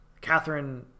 catherine